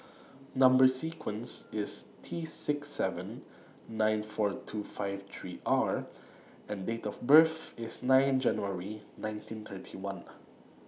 Number sequence IS T six seven nine four two five three R and Date of birth IS nine January nineteen thirty one